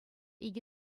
икӗ